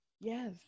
yes